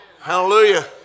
Hallelujah